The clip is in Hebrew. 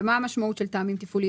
מה המשמעות של טעמים תפעוליים?